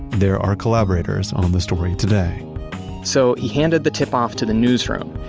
they're our collaborators on the story today so he handed the tip-off to the newsroom.